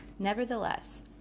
Nevertheless